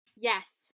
Yes